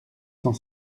cent